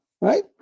Right